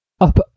up